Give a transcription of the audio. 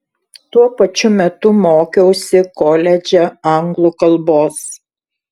tuo pačiu metu mokiausi koledže anglų kalbos